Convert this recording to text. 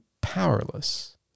powerless